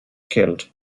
killed